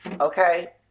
Okay